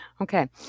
Okay